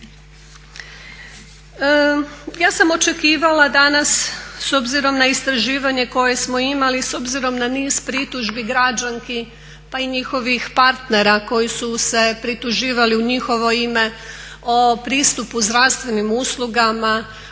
Ja sam očekivala danas s obzirom na istraživanje koje smo imali, s obzirom na niz pritužbi građanki pa i njihovih partnera koji su se prituživali u njihovo ime, o pristupu zdravstvenim uslugama,